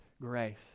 grace